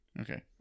Okay